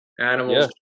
Animals